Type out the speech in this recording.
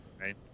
Right